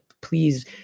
please